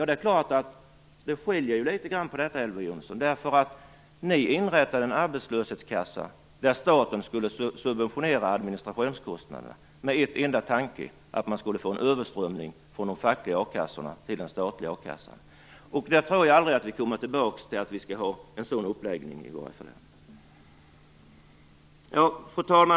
Det skiljer litet grand här, Elver Jonsson, därför att ni inrättade en arbetslöshetskassa där staten skulle subventionera administrationskostnaderna, det gjorde ni med en enda tanke, att man skulle få en överströmning från de fackliga a-kassorna till den statliga akassan. Jag tror aldrig att vi kommer tillbaka till att vi skall ha en sådan uppläggning. Fru talman!